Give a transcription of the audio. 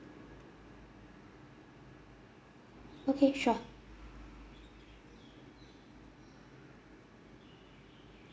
okay sure